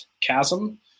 chasm